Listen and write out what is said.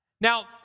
Now